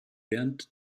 während